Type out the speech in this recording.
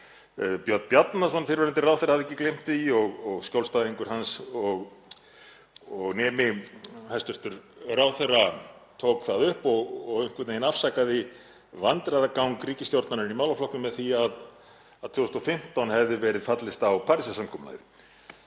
Björn Bjarnason, fyrrverandi ráðherra, hafði ekki gleymt því, og skjólstæðingur hans og nemi, hæstv. ráðherra, tók það upp og einhvern veginn afsakaði vandræðagang ríkisstjórnarinnar í málaflokknum með því að árið 2015 hefði verið fallist á Parísarsamkomulagið.